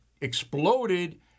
exploded